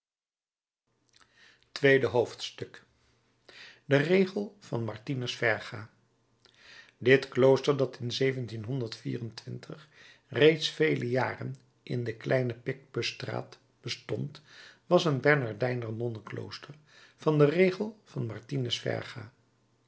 tweede hoofdstuk de regel van martinus verga dit klooster dat in reeds vele jaren in de kleine picpus straat bestond was een bernardijner nonnenklooster van den regel van martinus verga